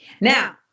Now